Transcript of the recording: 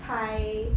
thai